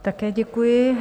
Také děkuji.